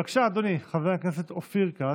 בבקשה, אדוני חבר הכנסת אופיר כץ,